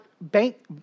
bank